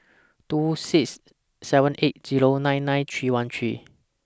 two six seven eight Zero nine nine three one three